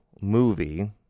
movie